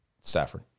Stafford